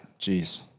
Jeez